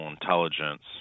intelligence